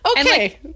Okay